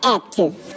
active